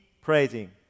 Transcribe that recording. praising